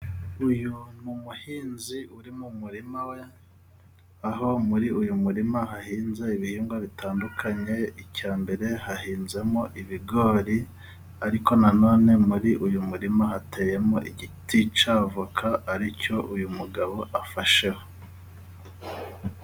Uyu ni umuhinzi uri mu murima we，aho muri uyu murima hahinze ibihingwa bitandukanye， icya mbere hahinzemo ibigori，ariko na none muri uyu murima hateyemo igiti cya voka， ari cyo uyu mugabo afasheho.